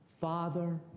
Father